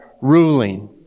ruling